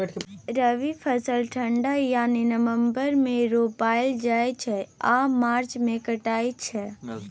रबी फसल ठंढा यानी नवंबर मे रोपल जाइ छै आ मार्च मे कटाई छै